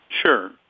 Sure